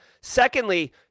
Secondly